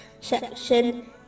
section